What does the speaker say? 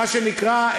מה שנקרא,